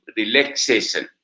relaxation